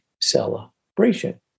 celebration